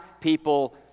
people